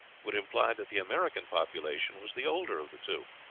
would imply that the american population was the older of the two.